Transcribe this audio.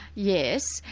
yes.